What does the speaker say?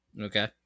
Okay